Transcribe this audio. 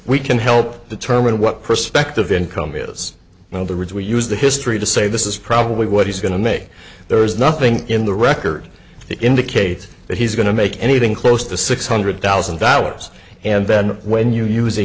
we can help determine what prospective income is well the rich we use the history to say this is probably what he's going to make there is nothing in the record to indicate that he's going to make anything close to six hundred thousand dollars and then when you use a